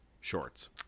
shorts